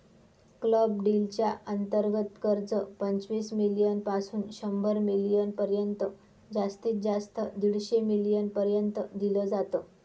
club deal च्या अंतर्गत कर्ज, पंचवीस मिलीयन पासून शंभर मिलीयन पर्यंत जास्तीत जास्त दीडशे मिलीयन पर्यंत दिल जात